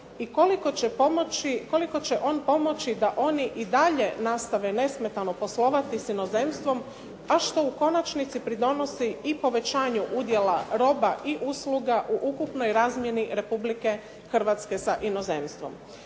i koliko će on pomoći da oni i dalje nastave nesmetano poslovati s inozemstvom, a što u konačnici pridonosi i povećanju udjela roba i usluga u ukupnoj razmjeni Republike Hrvatske sa inozemstvom.